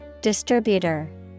Distributor